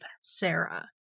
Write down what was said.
Sarah